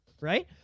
right